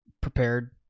prepared